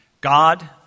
God